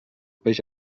peix